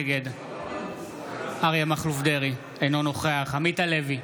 נגד אריה מכלוף דרעי, אינו נוכח עמית הלוי,